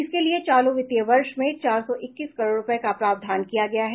इसके लिए चालू वित्तीय वर्ष में चार सौ इक्कीस करोड़ रूपये का प्रावधान किया गया है